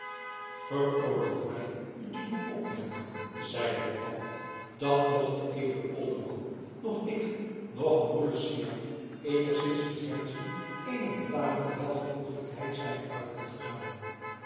veroorloof mij u te doen opmerken zeide de abt dat noch de edele olderman noch ik noch broeder syard eenigszins de grenzen eener betamelijke welvoeglijkheid zijn te buiten